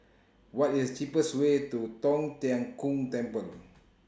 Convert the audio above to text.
What IS The cheapest Way to Tong Tien Kung Temple